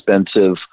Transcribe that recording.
expensive